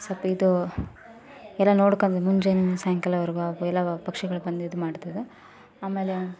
ಸ್ವಲ್ಪ ಇದು ಎಲ್ಲ ನೋಡಿಕೊಂಡು ಮುಂಜಾನೆ ಇಂದ ಸಾಯಂಕಾಲವರೆಗೂ ಎಲ್ಲ ಪಕ್ಷಿಗಳು ಬಂದು ಇದ್ಮಾಡ್ತದೆ ಆಮೇಲೆ